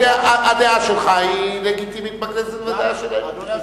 הדעה שלך היא לגיטימית בכנסת והדעה שלהם לגיטימית.